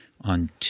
On